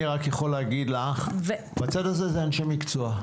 אני רק יכול להגיד לך, בצד הזה אלה אנשי מקצוע.